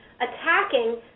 attacking